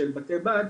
של בתי בד,